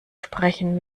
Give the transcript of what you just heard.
sprechen